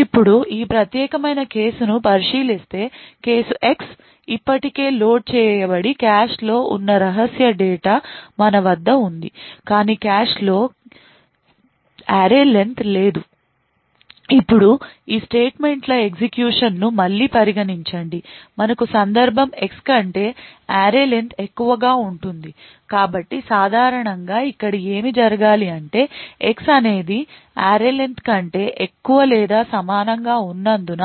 ఇప్పుడు ఈ ప్రత్యేకమైన కేసు ను పరిశీలిస్తేకేసు X ఇప్పటికే లోడ్ చేయబడి కాష్లో ఉన్న రహస్య డేటా మన వద్ద ఉంది కానీ కాష్లో కాష్లో array len లేదు ఇప్పుడు ఈ స్టేట్మెంట్ల ఎగ్జిక్యూషన్ ను మళ్ళీ పరిగణించండి మనకు సందర్భం X కంటే array len ఎక్కువగా ఉంటుంది కాబట్టి సాధారణంగా ఇక్కడ ఏమి జరగాలి అంటే X అనేది array len కంటే ఎక్కువ లేదా సమానంగా ఉన్నందున